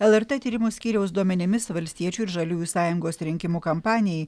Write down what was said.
lrt tyrimų skyriaus duomenimis valstiečių ir žaliųjų sąjungos rinkimų kampanijai